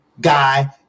guy